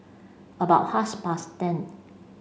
about past ten